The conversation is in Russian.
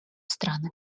страны